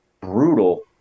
brutal